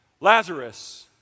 Lazarus